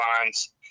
lines